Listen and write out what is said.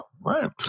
right